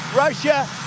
russia,